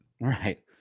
Right